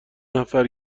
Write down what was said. نفر